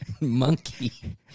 monkey